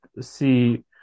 see